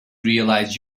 realize